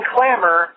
Clamor